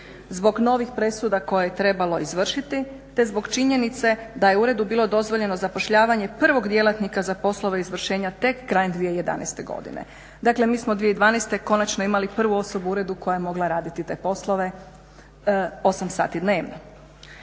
Zbog novih presuda koje je trebalo izvršiti, te zbog činjenice da je uredu bilo dozvoljeno zapošljavanje prvog djelatnika za poslove izvršenja tek krajem 2011. godine. Dakle, mi smo 2012. konačno imali prvu osobu u uredu koja je mogla raditi te poslove 8 sati dnevno.